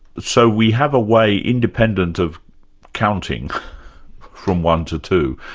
so we have a way independent of counting from one to two,